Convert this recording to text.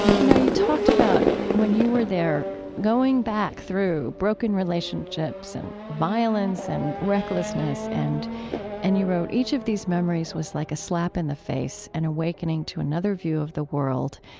you know, you talked about, when you were there going back through broken relationships and violence and recklessness and and you wrote, each of these memories was like a slap in the face, an and awakening to another view of the world.